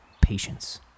Patience